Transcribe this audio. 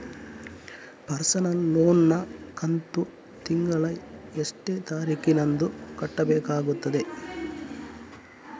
Personal loan ನ ಕಂತು ತಿಂಗಳ ಎಷ್ಟೇ ತಾರೀಕಿನಂದು ಕಟ್ಟಬೇಕಾಗುತ್ತದೆ?